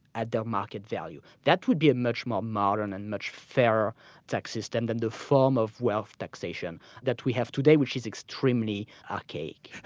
at their market value. that would be a much more modern and much fairer tax system than the form of wealth taxation that we have today which is extremely archaic.